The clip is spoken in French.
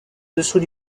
dessous